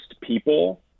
people